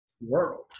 world